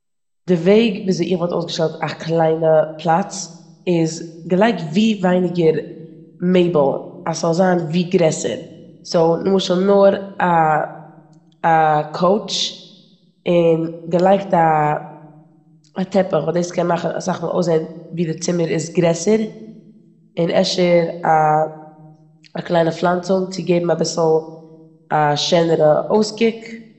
די וועג וויאזוי איך וואלט אויסגעשטעלט א קליינע פלאץ איז געלייגט ווי ווייניגער מעבל אז ס'זאל זיין ווי גרעסער. סאו נמשל נאר א- א קאוטש און געלייגט א- א טעפיך ווייל דאס קען מאכן אסאך מאל אויסזען ווי די צומער איז גרעסער און אפשר א- א קליינע פלאנצונג צו געבן אביסל א שענערע אויסקוק.